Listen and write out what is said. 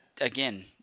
Again